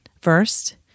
First